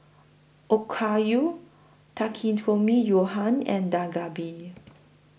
Okayu Takikomi Gohan and Dak Galbi